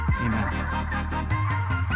Amen